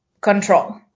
control